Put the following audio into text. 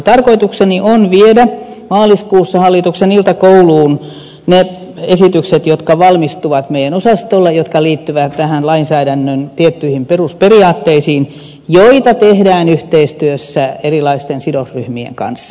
tarkoitukseni on viedä maaliskuussa hallituksen iltakouluun ne esitykset jotka valmistuvat meidän osastollamme ja jotka liittyvät lainsäädännön tiettyihin perusperiaatteisiin ja joita tehdään yhteistyössä erilaisten sidosryhmien kanssa